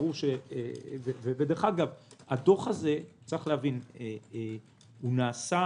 הדוח הזה נעשה